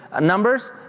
numbers